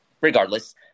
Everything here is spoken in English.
regardless